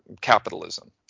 capitalism